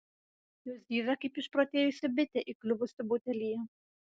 jos zyzia kaip išprotėjusi bitė įkliuvusi butelyje